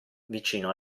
vicino